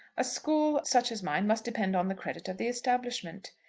a school such as mine must depend on the credit of the establishment.